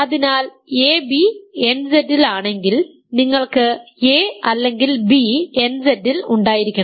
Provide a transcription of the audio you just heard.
അതിനാൽ ab nZ ൽ ആണെങ്കിൽ നിങ്ങൾക്ക് a അല്ലെങ്കിൽ b nZ ൽ ഉണ്ടായിരിക്കണം